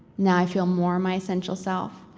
now i feel more my essential self,